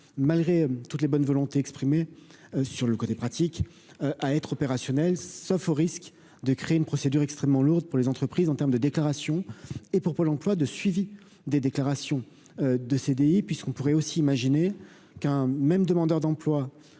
malgré toutes les bonnes volontés exprimées sur le côté pratique à être opérationnel, sauf au risque de créer une procédure extrêmement lourde pour les entreprises en terme de déclarations et pour Pôle emploi de suivi des déclarations de CDI puisqu'on pourrait aussi imaginer qu'un même demandeur d'emploi